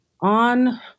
on